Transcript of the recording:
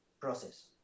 process